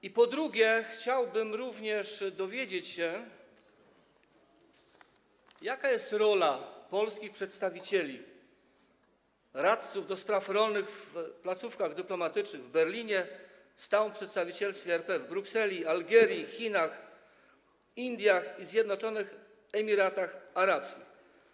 I po drugie, chciałbym się również dowiedzieć, jaka jest rola polskich przedstawicieli - radców do spraw rolnych w placówkach dyplomatycznych w Berlinie, w Stałym Przedstawicielstwie RP w Brukseli, w Algierii, w Chinach, w Indiach i w Zjednoczonych Emiratach Arabskich.